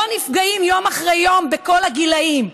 לא נפגעים יום אחרי יום, בכל הגילים.